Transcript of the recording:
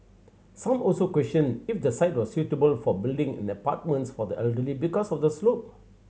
some also questioned if the site was suitable for building in the apartments for the elderly because of the slope